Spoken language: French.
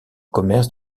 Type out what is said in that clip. commerce